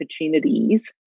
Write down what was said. opportunities